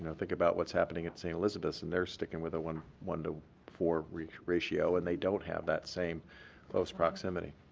and think about what's happening at st. elizabeth's, and they're sticking with a one one to four ratio, and they don't have that same close proximity.